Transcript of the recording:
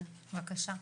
בבקשה.